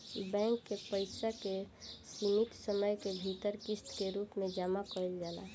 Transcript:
bank के पइसा के सीमित समय के भीतर किस्त के रूप में जामा कईल जाला